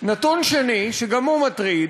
נתון שני, שגם הוא מטריד,